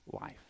life